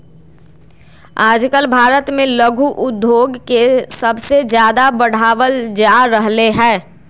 आजकल भारत में लघु उद्योग के सबसे ज्यादा बढ़ावल जा रहले है